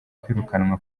kwirukanwa